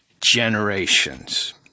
generations